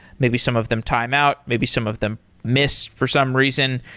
maybe some of them time out, maybe some of them miss for some reason,